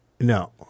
No